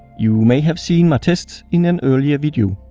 you may have seen my tests in an earlier video.